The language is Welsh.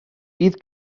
bydd